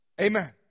Amen